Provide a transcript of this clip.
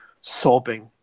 sobbing